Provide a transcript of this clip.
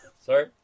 Sorry